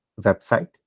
website